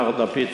מר לפיד,